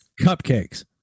cupcakes